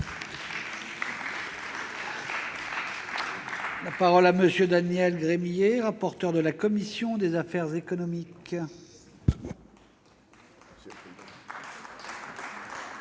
La parole est à M. Daniel Gremillet, rapporteur de la commission des affaires économiques. Monsieur